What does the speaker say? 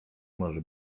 może